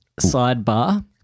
sidebar